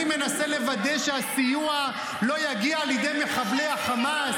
אני מנסה לוודא שהסיוע לא יגיע לידי מחבלי החמאס.